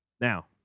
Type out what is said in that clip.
now